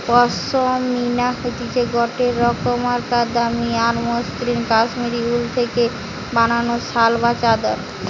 পশমিনা হতিছে গটে রোকমকার দামি আর মসৃন কাশ্মীরি উল থেকে বানানো শাল বা চাদর